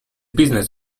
business